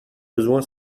besoin